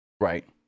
Right